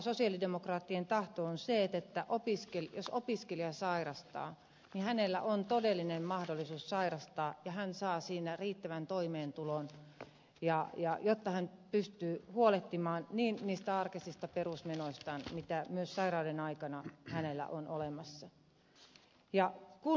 sosialidemokraattien tahto on se että jos opiskelija sairastaa niin hänellä on todellinen mahdollisuus sairastaa ja hän saa riittävän toimeentulon jotta hän pystyy huolehtimaan arkisista perusmenoistaan joita myös sairauden aikana hänellä on olemassa